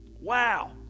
Wow